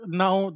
now